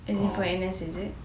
as in for N_S is it